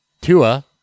Tua